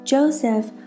Joseph